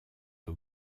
aux